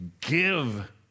give